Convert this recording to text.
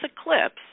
eclipse